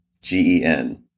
G-E-N